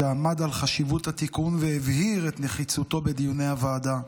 שעמד על חשיבות התיקון והבהיר את נחיצותו בדיוני הוועדה.